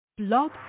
Blog